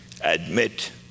Admit